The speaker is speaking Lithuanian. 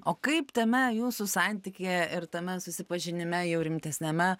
o kaip tame jūsų santykyje ir tame susipažinime jau rimtesniame